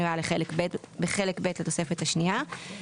המנויה בחלק ב' לתוספת השנייה"".